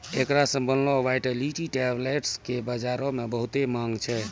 एकरा से बनलो वायटाइलिटी टैबलेट्स के बजारो मे बहुते माँग छै